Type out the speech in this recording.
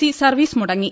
C service മുടങ്ങി